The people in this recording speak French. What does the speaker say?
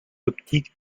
optique